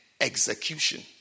Execution